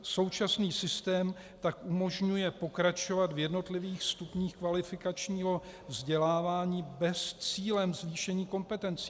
Současný systém tak umožňuje pokračovat v jednotlivých stupních kvalifikačního vzdělávání bez cíle zvýšení kompetencí.